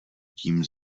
tím